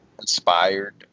inspired